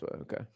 Okay